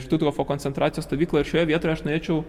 štuthofo koncentracijos stovyklą šioje vietoje aš norėčiau